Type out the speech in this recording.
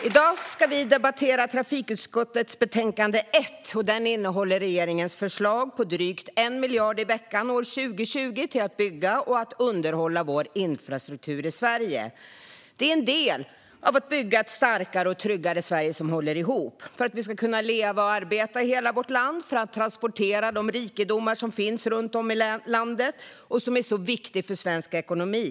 I dag debatterar vi trafikutskottets betänkande nr 1, vilket innehåller regeringens förslag om drygt 1 miljard i veckan år 2020 till att bygga och underhålla vår infrastruktur i Sverige. Det är en del av att bygga ett starkare och tryggare Sverige som håller ihop. Regeringen gör detta för att vi ska kunna leva och arbeta i hela vårt land och för att vi ska kunna transportera de rikedomar som finns runt om i landet och som är så viktiga för svensk ekonomi.